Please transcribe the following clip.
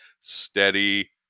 steady